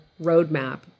roadmap